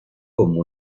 como